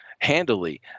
Handily